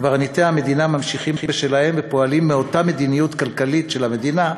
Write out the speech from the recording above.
קברניטי המדינה ממשיכים בשלהם ופועלים מאותה מדיניות כלכלית של הממשלה,